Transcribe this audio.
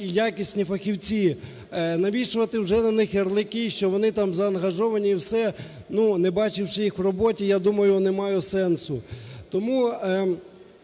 і якісні фахівці. Навішувати вже на них ярлики, що вони там заангажовані і все, ну, не бачивши їх в роботі, я думаю, не маю сенсу. Тому